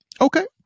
Okay